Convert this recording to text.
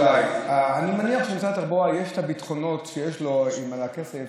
אני מניח שלמשרד התחבורה יש את הביטחונות שיש לו עם הכסף.